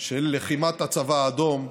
של לחימת הצבא האדום,